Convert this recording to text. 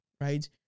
right